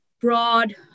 broad